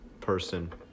person